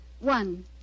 one